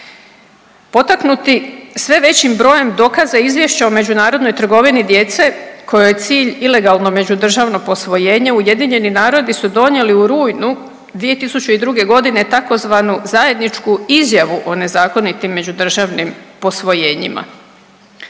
Potaknuti sve većim brojem dokaza izvješća o međunarodnoj trgovini djece kojoj je cilj ilegalno međudržavno posvojenje UN su donijeli u rujnu 2002. godine tzv. zajedničku izjavu o nezakonitim međudržavnim posvojenjima.